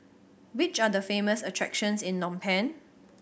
which are the famous attractions in Phnom Penh